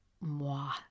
moi